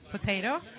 Potato